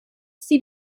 sie